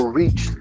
reach